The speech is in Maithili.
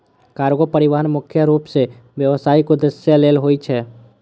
कार्गो परिवहन मुख्य रूप सं व्यावसायिक उद्देश्य लेल होइ छै